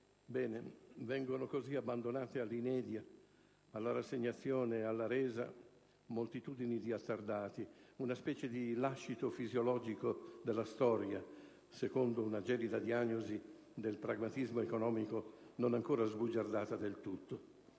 Vengono così abbandonati, all'inedia, alla rassegnazione e alla resa moltitudini di «attardati», una specie di lascito fisiologico della storia, secondo una gelida diagnosi del pragmatismo economico non ancora sbugiardata del tutto.